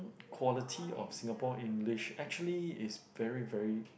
quality of Singapore English actually is very very